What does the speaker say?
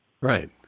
Right